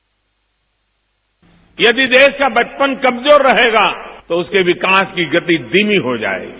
bite यदि देश का बचपन कमजोर रहेगा तो उसके विकास की गति धीमी हो जाएगी